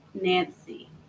nancy